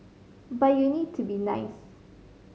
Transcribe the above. but you need to be nice